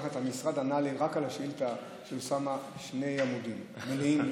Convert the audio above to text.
המשרד ענה לי רק על השאילתה של אוסאמה בשני עמודים מלאים וגדושים,